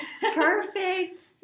perfect